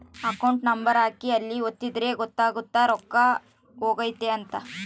account number ಹಾಕಿ ಅಲ್ಲಿ ಒತ್ತಿದ್ರೆ ಗೊತ್ತಾಗುತ್ತ ರೊಕ್ಕ ಹೊಗೈತ ಅಂತ